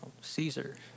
Caesar